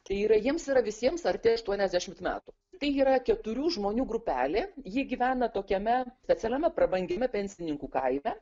tai yra jiems yra visiems arti aštuoniasdešimt metų tai yra keturių žmonių grupelė ji gyvena tokiame sename prabangiame pensininkų kaime